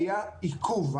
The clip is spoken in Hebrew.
היה עיכוב.